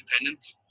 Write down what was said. independent